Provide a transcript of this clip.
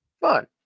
fun